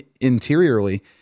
interiorly